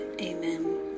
Amen